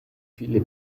viele